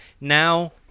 Now